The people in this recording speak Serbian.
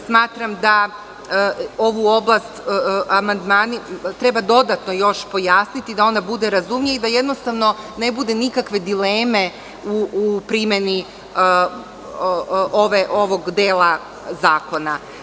Smatram da ovu oblast treba dodatno još pojasniti, da ona bude razumnija i da jednostavno ne bude nikakve dileme u primeni ovog dela zakona.